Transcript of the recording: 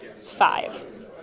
Five